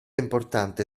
importante